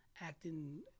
acting